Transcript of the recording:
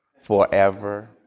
forever